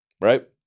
right